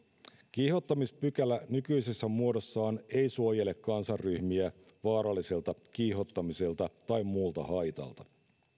kiihottamispykälä nykyisessä muodossaan ei suojele kansanryhmiä vaaralliselta kiihottamiselta tai muulta haitalta